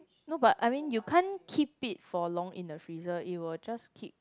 no but I mean you can't keep it for long in the freezer it will just keep